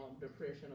depression